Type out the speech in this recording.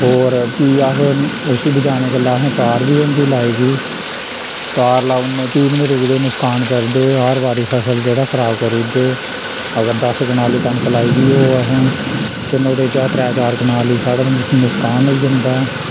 होर फ्ही अस उसी बचाने गल्ला असें तार बी होंदी लाई दी तार लाउने फ्ही बी नी रुकदे नकसान करदे हर बारी फसल जेह्ड़ा खराब करुड़दे अगर दस कनाली कनक लाई दी होग असें ते नुहाड़े चा त्रै चार कनाली साढ़ा नस नसकान होई जंदा